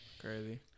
Crazy